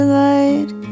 light